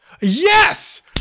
Yes